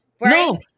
No